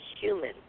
human